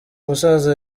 musaza